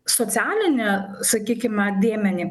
socialinį sakykime dėmenį